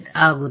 ಆಗುತ್ತದೆ